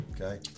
Okay